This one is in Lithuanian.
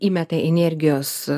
įmeta inergijos